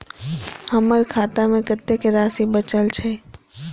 हमर खाता में कतेक राशि बचल छे?